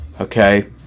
Okay